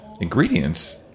ingredients